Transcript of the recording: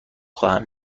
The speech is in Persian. خواهم